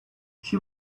she